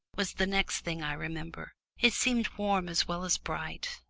was the next thing i remember. it seemed warm as well as bright,